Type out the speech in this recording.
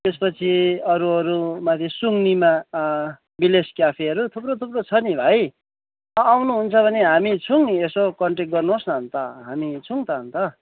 त्यसपछि अरू अरू माथि सुम्निमा भिलेज क्याफेहरू थुप्रो थुप्रो छ नि भाइ आउनुहुन्छ भने हामी छौँ नि यसो कन्ट्याक्ट गर्नुहोस् न अन्त हामी छौँ त अन्त